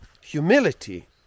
Humility